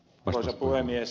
arvoisa puhemies